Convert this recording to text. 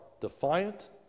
defiant